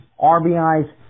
RBIs